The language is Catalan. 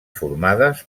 formades